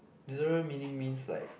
literal meaning means like